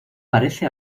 parece